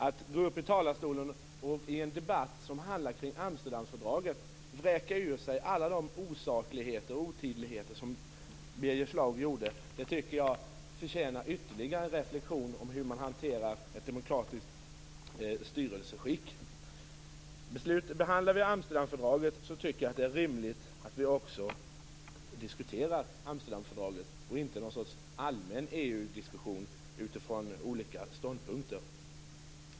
Att gå upp i talarstolen i en debatt som handlar om Amsterdamfördraget och vräka ur sig alla de osakligheter och otidigheter som Birger Schlaug gjorde förtjänar ytterligare reflexion om hur man hanterar ett demokratiskt styrelseskick. Om vi behandlar Amsterdamfördraget är det rimligt att vi också diskuterar detta, och inte har någon allmän EU-diskussion utifrån olika ståndpunkter.